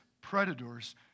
predators